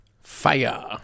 Fire